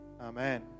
Amen